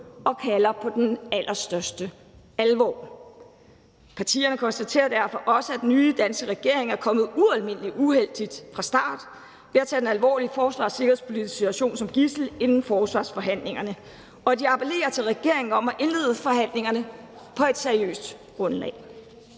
og kalder på den allerstørste alvor. Partierne konstaterer derfor også, at den nye danske regering er kommet ualmindelig uheldigt fra start ved at tage den alvorlige forsvars- og sikkerhedspolitiske situation som gidsel inden forsvarsforhandlingerne, og de appellerer til regeringen om at indlede forhandlingerne på et seriøst grundlag.«